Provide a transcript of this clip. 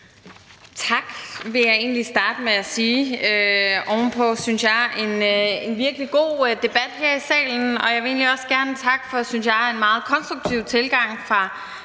Tak, vil jeg egentlig starte med at sige, oven på en, synes jeg, virkelig god debat her i salen, og jeg vil egentlig også godt takke for en, synes jeg, meget konstruktiv tilgang fra